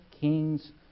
King's